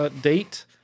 date